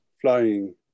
flying